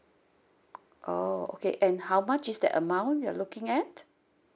oh okay and how much is that amount you're looking at